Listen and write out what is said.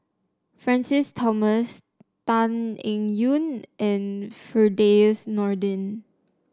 Francis Thomas Tan Eng Yoon and Firdaus Nordin